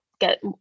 get